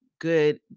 good